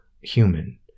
human